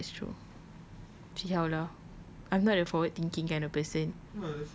ya lah that's true see how lah I'm not a forward thinking kind of person